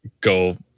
go